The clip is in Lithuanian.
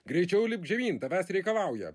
greičiau lipk žemyn tavęs reikalauja